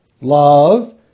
love